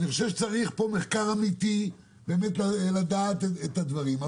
אני חושב שצריך פה מחקר אמיתי בשביל לדעת באמת את הדברים.